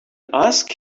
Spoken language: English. ask